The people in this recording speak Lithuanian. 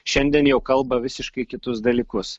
šiandien jau kalba visiškai kitus dalykus